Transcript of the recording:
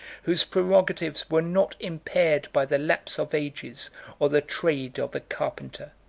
whose prerogatives were not impaired by the lapse of ages or the trade of a carpenter.